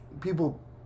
people